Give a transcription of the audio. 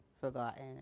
forgotten